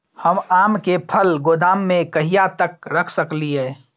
हम आम के फल गोदाम में कहिया तक रख सकलियै?